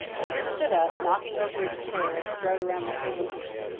peter stood up, knocking over his chair, and strode around the table to her.